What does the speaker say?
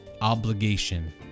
obligation